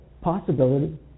possibility